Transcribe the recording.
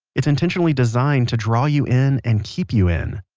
it's intentionally designed to draw you in and keep you in.